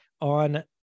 on